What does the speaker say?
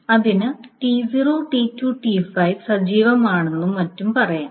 അതിന് T0 T2 T5 സജീവമാണെന്നും മറ്റും പറയാം